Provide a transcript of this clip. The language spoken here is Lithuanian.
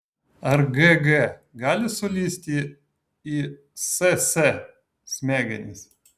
ar g g gali sulįsti į s s smegenis